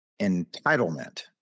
entitlement